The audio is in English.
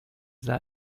that